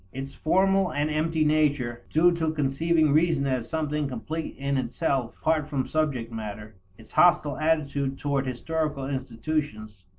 its formal and empty nature, due to conceiving reason as something complete in itself apart from subject matter, its hostile attitude toward historical institutions,